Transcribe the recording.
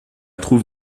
trouve